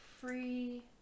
free